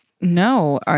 No